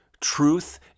truth